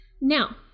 now